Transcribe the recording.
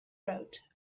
wrote